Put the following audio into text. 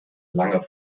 lange